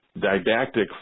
didactic